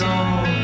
on